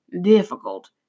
difficult